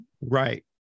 Right